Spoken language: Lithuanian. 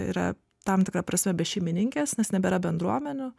yra tam tikra prasme bešeimininkės nes nebėra bendruomenių